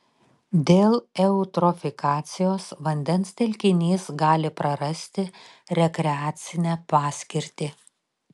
dėl eutrofikacijos vandens telkinys gali prarasti rekreacinę paskirtį